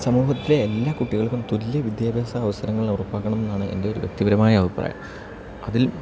സമൂഹത്തിലെ എല്ലാ കുട്ടികൾക്കും തുല്യ വിദ്യാഭ്യാസ അവസരങ്ങൾ ഉറപ്പാക്കണമെന്നാണ് എൻ്റെ ഒരു വ്യക്തിപരമായ അഭിപ്രായം അതിൽ